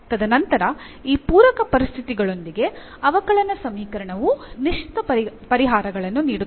ತದನಂತರ ಈ ಪೂರಕ ಪರಿಸ್ಥಿತಿಗಳೊಂದಿಗೆ ಅವಕಲನ ಸಮೀಕರಣವು ನಿಶ್ಚಿತ ಪರಿಹಾರಗಳನ್ನು ನೀಡುತ್ತದೆ